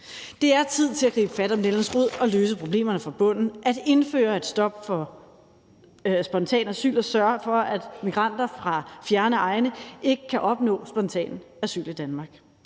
Det er tid til at gribe fat om nældens rod og løse problemerne fra bunden, at indføre et stop for spontan asyl og sørge for, at migranter fra fjerne egne ikke kan opnå spontan asyl i Danmark,